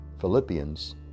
Philippians